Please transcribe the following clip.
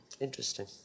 Interesting